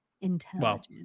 Intelligent